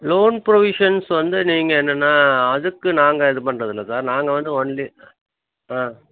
loan provisions வந்து நீங்கள் என்னென்னா அதுக்கு நாங்கள் இது பண்றதில்லை சார் நாங்கள் வந்து ஒன்லி ஆ